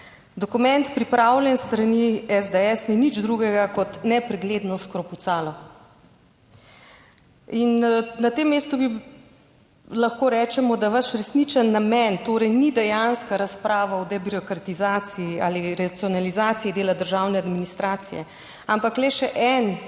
Dokument pripravljen s strani SDS ni nič drugega kot nepregledno skropucalo. In na tem mestu lahko rečemo, da vaš resničen namen torej ni dejanska razprava o debirokratizaciji ali racionalizaciji dela državne administracije, ampak le še en v